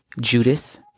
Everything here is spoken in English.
Judas